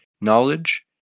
knowledge